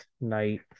Night